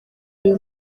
ayo